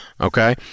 Okay